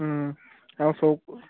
আৰু চৌ